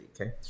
Okay